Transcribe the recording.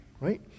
Right